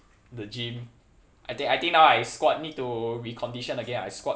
the gym I I think I think now I squat need to recondition again I squat